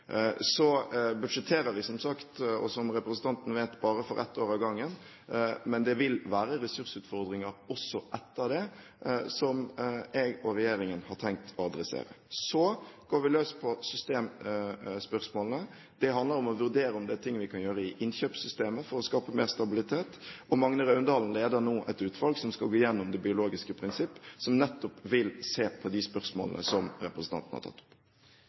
Så budsjetterer vi, som sagt, og som representanten vet, bare for ett år av gangen. Men det vil være ressursutfordringer også etter det, som jeg og regjeringen har tenkt å adressere. Så går vi løs på systemspørsmålene. Det handler om å vurdere om det er ting vi kan gjøre i innkjøpssystemet for å skape mer stabilitet. Magne Raundalen leder nå et utvalg som skal gå igjennom det biologiske prinsipp, som nettopp vil se på de spørsmålene som representanten har tatt opp.